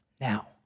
Now